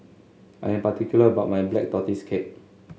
I am particular about my Black Tortoise Cake